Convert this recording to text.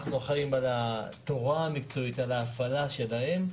אנחנו אחראים על התורה המקצועית, על ההפעלה שלהם.